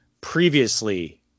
previously